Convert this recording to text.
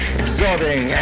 absorbing